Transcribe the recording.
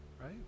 right